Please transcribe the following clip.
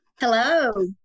Hello